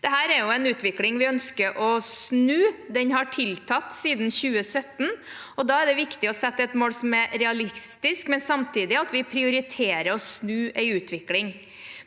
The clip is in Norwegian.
Dette er en utvikling vi ønsker å snu, for den har tiltatt siden 2017. Da er det viktig å sette et mål som er realistisk, samtidig som vi prioriterer å snu utviklin